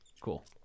Cool